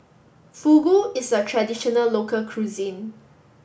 Fugu is a traditional local cuisine